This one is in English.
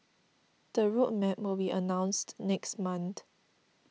the road map will be announced next month